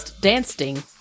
dancing